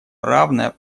равное